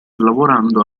lavorando